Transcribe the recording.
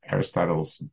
Aristotle's